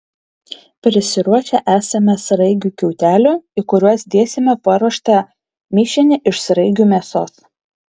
prisiruošę esame sraigių kiautelių į kuriuos dėsime paruoštą mišinį iš sraigių mėsos